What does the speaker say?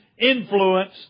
influence